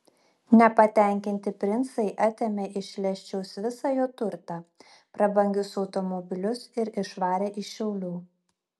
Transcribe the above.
nepatenkinti princai atėmė iš leščiaus visą jo turtą prabangius automobilius ir išvarė iš šiaulių